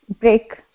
break